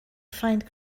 find